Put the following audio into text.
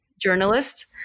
journalist